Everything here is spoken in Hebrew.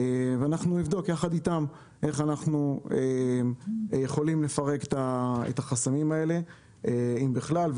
ואנחנו נבדוק יחד איתם איך אנחנו יכולים לפרק את החסמים האלה אם בכלל,